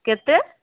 କେତେ